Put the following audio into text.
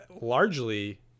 largely